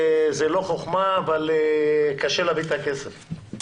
זאת לא חכמה אבל קשה להביא את הכסף.